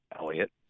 Elliot